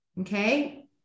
Okay